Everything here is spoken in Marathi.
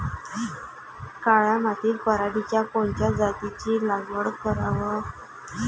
काळ्या मातीत पराटीच्या कोनच्या जातीची लागवड कराव?